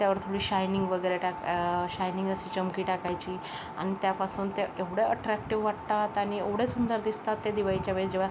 त्यावर थोडी शायनिंग वगैरे टाक शायनिंग अशी चमकी टाकायची अन् त्यापासून त्या एवढं अट्रॅक्टिव वाटतात आणि एवढ्या सुंदर दिसतात त्या दिवाळीच्या वेळेस जेव्हा